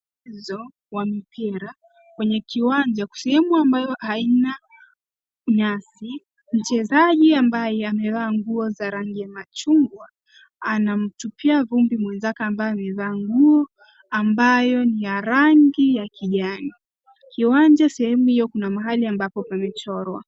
Zoo wa mipira kwa kiwanja sehemu ambayo haina nyasi, mchezaji ambaye amevaa nguo ya rangi machungwa anamptupia vumbi mwenzake ambaye amevaa nguo ambayo ni ya rangi ya kijani. Kiwanja sehemu hiyo kuna mahali ambapo pamechorwa.